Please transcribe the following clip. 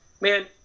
Man